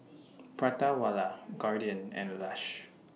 Prata Wala Guardian and Lush